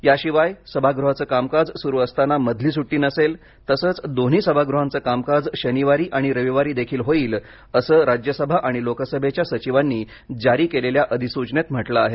याशिवाय सभागृहांचं कामकाज सुरू असताना मधली सुटी नसेल तसंच दोन्ही सभागृहांचं कामकाज शनिवारी आणि रविवारीही होईल असं राज्यसभा आणि लोकसभेच्या सचिवांनी जारी केलेल्या अधिसूचनेत म्हटलं आहे